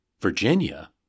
Virginia